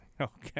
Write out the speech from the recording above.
okay